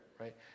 right